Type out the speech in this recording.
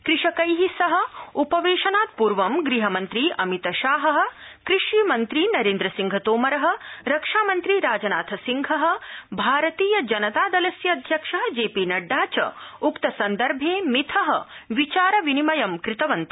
कृषकै सह उपवेशनात् पूर्व गृहमन्त्री अमित शाह कृषिमन्त्री नेरेन्द्र सिंह तोमर रक्षामन्त्री राजनाथ सिंह भारतीय जनता दलस्य अध्यक्ष जे पी नड्डा च उक्तसन्दर्भे मिथ विचारविनिमयं कृतवन्त